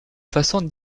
façon